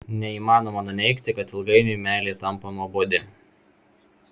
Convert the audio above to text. neįmanoma nuneigti kad ilgainiui meilė tampa nuobodi